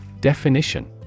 Definition